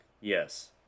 yes